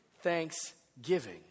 thanksgiving